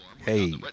Hey